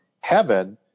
heaven